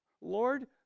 Lord